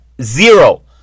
zero